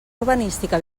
urbanística